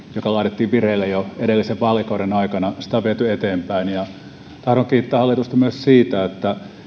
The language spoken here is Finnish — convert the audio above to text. joka laitettiin vireille jo edellisen vaalikauden aikana on viety eteenpäin tahdon kiittää hallitusta myös siitä että